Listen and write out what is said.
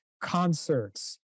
concerts